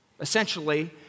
Essentially